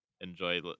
enjoy